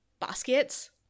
baskets